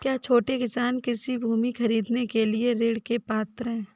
क्या छोटे किसान कृषि भूमि खरीदने के लिए ऋण के पात्र हैं?